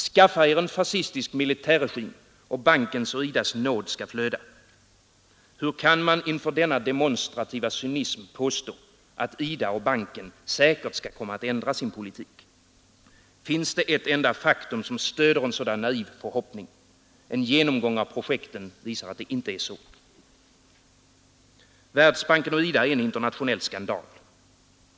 Skaffa er en fascistisk militärregim och bankens och IDA :s nåd skall flöda. Hur kan man inför denna demonstrativa cynism påstå, att IDA och banken säkert skall ändra sin politik? Finns det ett enda faktum som stöder en sådan naiv förhoppning? En genomgång av projekten visar att det inte är så. Världsbanken och IDA är en internationell skandal.